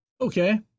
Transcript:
okay